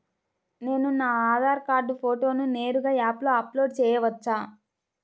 నేను నా ఆధార్ కార్డ్ ఫోటోను నేరుగా యాప్లో అప్లోడ్ చేయవచ్చా?